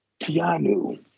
Keanu